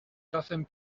czasem